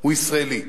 הוא ישראלי.